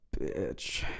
bitch